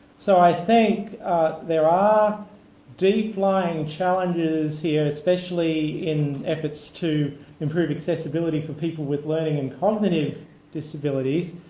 so i think there are deep line challenges here, especially in efforts to improve accessibility for people with learning and cognitive disabilities,